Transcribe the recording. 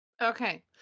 Okay